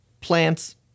plants